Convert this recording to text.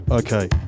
Okay